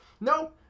No